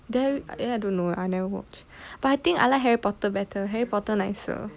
then I don't know I never watch but I think I like harry potter better harry potter nicer